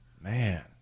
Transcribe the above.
Man